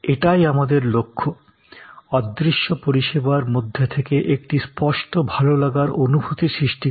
এটাই আমাদের লক্ষ্য অদৃশ্য পরিষেবার মধ্যে থেকে একটি স্পষ্ট ভালো লাগার অনুভূতি সৃষ্টি করা